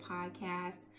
Podcast